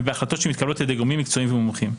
ובהחלטות אשר מתקבלות על-ידי גורמים מקצועיים ומומחים.